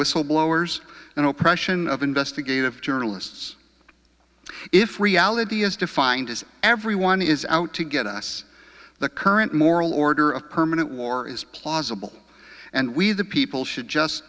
whistleblowers and oppression of investigative journalists if the is defined as everyone is out to get us the current moral order of permanent war is plausible and we the people should just